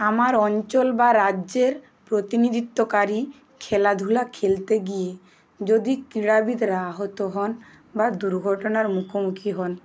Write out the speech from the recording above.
আমার অঞ্চল বা রাজ্যের প্রতিনিধিত্বকারী খেলাধুলা খেলতে গিয়ে যদি ক্রীড়াবিদরা আহত হন বা দুর্ঘটনার মুখোমুখি হন